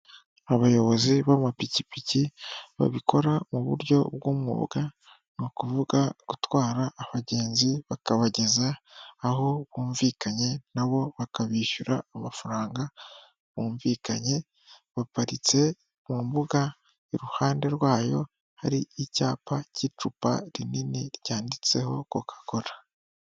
Abayobozi b'amapikipiki babikora mu buryo bw'umwuga, ni ukuvuga gutwara abagenzi bakabageza aho bumvikanye na bo bakabishyura amafaranga bumvikanye, baparitse mu mbuga iruhande rwayo hari icyapa cy'icupa rinini ryanditseho koka kola.